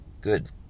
good